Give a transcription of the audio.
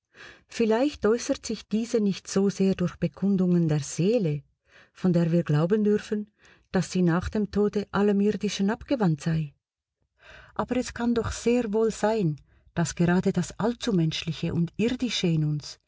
vielleicht äußert sich diese nicht so sehr durch bekundungen der seele von der wir glauben dürfen daß sie nach dem tode allem irdischen abgewandt sei aber es kann doch sehr wohl sein daß gerade das allzumenschliche und irdische in uns